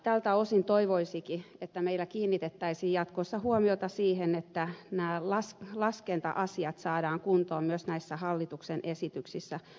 tältä osin toivoisikin että meillä kiinnitettäisiin jatkossa huomiota siihen että nämä laskenta asiat saadaan kuntoon myös näissä hallituksen esityksissä